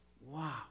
Wow